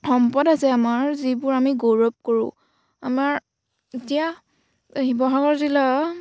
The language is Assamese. সম্পদ আছে আমাৰ যিবোৰ আমি গৌৰৱ কৰোঁ আমাৰ এতিয়া শিৱসাগৰ জিলা